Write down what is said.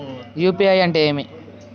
UPI అంటే ఏమి?